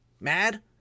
mad